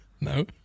No